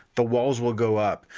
the walls will go up.